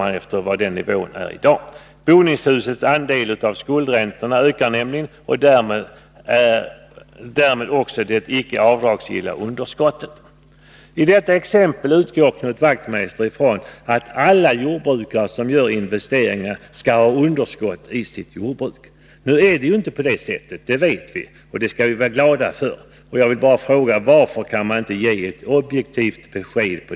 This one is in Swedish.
Han utgår då från den nivå som gäller i dag. Boningshusets andel av skuldräntorna ökar nämligen och därmed också det icke avdragsgilla underskottet, framhöll han vidare. I detta exempel utgår Knut Wachtmeister ifrån att alla jordbrukare som gör investeringar skall ha underskott i sitt jordbruk. Nu är det ju inte på det sättet, det vet vi och det skall vi vara glada för. Varför inte ge ett objektivt besked?